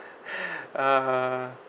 uh